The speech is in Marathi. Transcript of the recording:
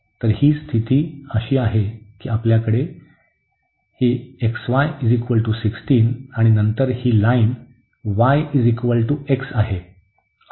तर ही स्थिती अशी आहे की आपल्याकडे ही xy 16 आणि नंतर ही लाईन yx आहे